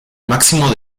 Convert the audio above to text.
máximo